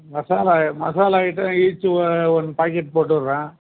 மசாலா மசாலாக்கிட்ட each one packet போட்டுவிடுறேன்